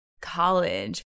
College